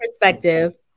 perspective